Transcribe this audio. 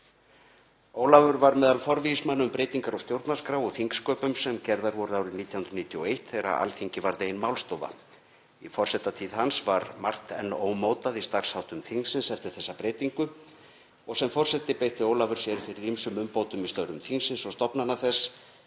Ólafur var meðal forvígismanna um breytingar á stjórnarskrá og þingsköpum sem gerðar voru árið 1991 þegar Alþingi varð ein málstofa. Í forsetatíð hans var margt enn ómótað í starfsháttum þingsins eftir þessa breytingu og sem forseti beitti Ólafur sér fyrir ýmsum umbótum í störfum þingsins og stofnana þess